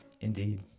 indeed